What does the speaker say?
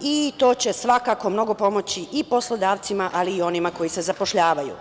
i to će svakako mnogo pomoći i poslodavcima, ali i onima koji se zapošljavaju.